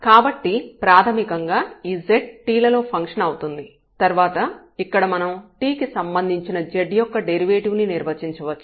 కాబట్టి ప్రాథమికంగా ఈ z t లలో ఫంక్షన్ అవుతుంది తర్వాత ఇక్కడ మనం t కి సంబంధించిన z యొక్క డెరివేటివ్ ని నిర్వచించవచ్చు